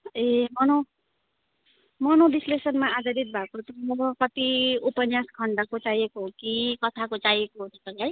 ए मनो मनोविश्लेषणमा आधारित भएको कति उपन्यास खण्डको चाहिएको हो कि कथाको चाहिएको तपाईँलाई